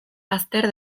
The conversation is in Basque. azter